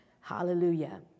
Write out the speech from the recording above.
Hallelujah